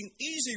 Easy